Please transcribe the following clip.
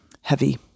heavy